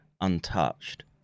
untouched